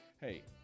Hey